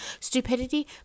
stupidity